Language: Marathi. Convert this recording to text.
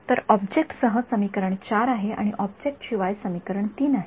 तर ऑब्जेक्टसह समीकरण ४ आहे आणि ऑब्जेक्टशिवाय समीकरण ३ आहे